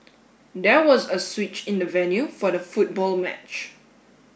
there was a switch in the venue for the football match